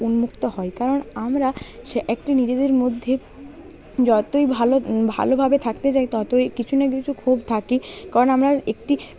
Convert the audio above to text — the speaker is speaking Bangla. উন্মুক্ত হয় কারণ আমরা সে একটি নিজেদের মধ্যে যতই ভালো ভালোভাবে থাকতে চাই ততই কিছু না কিছু ক্ষোভ থাকেই কারণ আমরা একটি